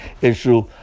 issue